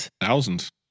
Thousands